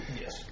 Yes